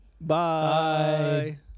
Bye